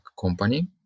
company